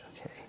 okay